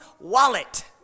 wallet